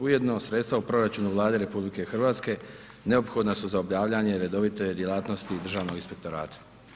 Ujedno sredstva u proračunu Vlade RH neophodna su za obavljanje redovite djelatnosti Državnog inspektorata.